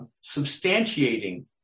substantiating